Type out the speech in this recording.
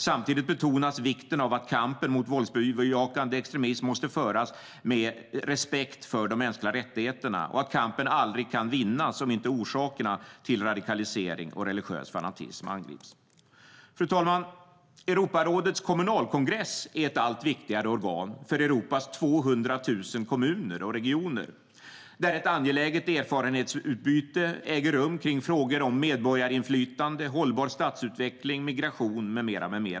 Samtidigt betonas vikten av att kampen mot våldsbejakande extremism måste föras med respekt för de mänskliga rättigheterna och att kampen aldrig kan vinnas om inte orsakerna till radikalisering och religiös fanatism angrips. Fru talman! Europarådets kommunalkongress är ett allt viktigare organ för Europas 200 000 kommuner och regioner där ett angeläget erfarenhetsutbyte äger rum kring frågor om medborgarinflytande, hållbar stadsutveckling, migration med mera.